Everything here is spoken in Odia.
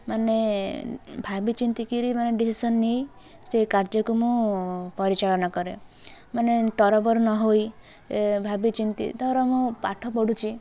ମାନେ ଭାବି ଚିନ୍ତି କିରି ମାନେ ଡିସିସନ ନେଇ ସେ କାର୍ଯ୍ୟକୁ ମୁଁ ପରିଚାଳନା କରେ ମାନେ ତରବର ନ ହେଇ ଭାବି ଚିନ୍ତି ଧର ମୁଁ ପାଠ ପଢୁଛି